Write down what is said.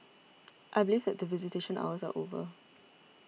I believe that visitation hours are over